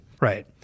Right